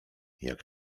jak